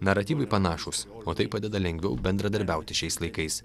naratyvai panašūs o tai padeda lengviau bendradarbiauti šiais laikais